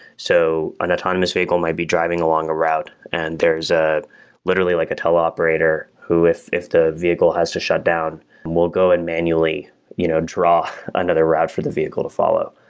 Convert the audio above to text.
so an autonomous vehicle might be driving along a route and there's ah literally like a tell operator who if if the vehicle has to shut down will go and manually you know draw another route for the vehicle to follow.